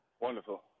Wonderful